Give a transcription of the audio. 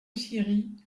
styrie